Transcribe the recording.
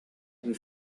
lui